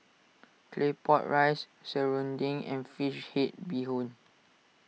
Claypot Rice Serunding and Fish Head Bee Hoon